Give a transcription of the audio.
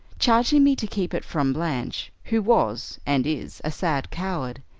charging me to keep it from blanche, who was, and is, a sad coward,